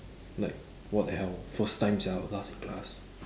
like what the hell first time sia last in class